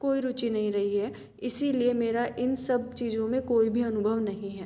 कोई रूचि नहीं रही है इसीलिए मेरा इन सब चीज़ों में कोई भी अनुभव नहीं है